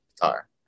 guitar